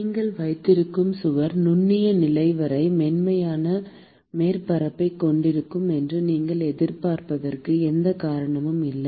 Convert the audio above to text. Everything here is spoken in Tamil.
நீங்கள் வைத்திருக்கும் சுவர் நுண்ணிய நிலை வரை மென்மையான மேற்பரப்பைக் கொண்டிருக்கும் என்று நீங்கள் எதிர்பார்ப்பதற்கு எந்த காரணமும் இல்லை